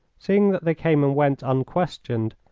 seeing that they came and went unquestioned,